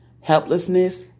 helplessness